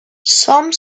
some